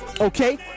Okay